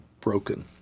broken